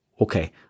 okay